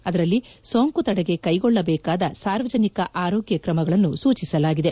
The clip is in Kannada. ಅದರಲ್ಲಿ ಸೋಂಕು ತಡೆಗೆ ಕೈಗೊಳ್ಳಬೇಕಾದ ಸಾರ್ವಜನಿಕ ಆರೋಗ್ರ ಕ್ರಮಗಳನ್ನು ಸೂಚಿಸಲಾಗಿದೆ